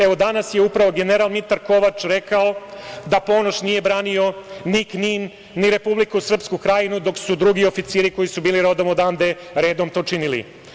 Evo, danas je upravo general Mitar Kovač rekao da Ponoš nije branio ni Knin, ni Republiku Srpsku Krajnu, dok su drugi oficiri koji su bili rodom odande redom to činili.